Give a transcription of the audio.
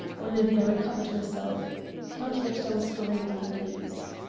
olivia recovered herself count victor was greatly pleased.